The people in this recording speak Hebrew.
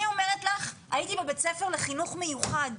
אני אומרת לך, הייתי בבית ספר לחינוך מיוחד.